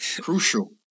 crucial